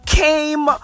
came